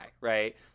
right